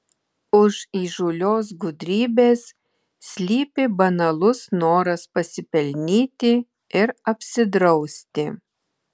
už įžūlios gudrybės slypi banalus noras pasipelnyti ir apsidrausti